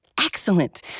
Excellent